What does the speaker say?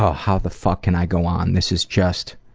ah how the fuck can i go on? this is just,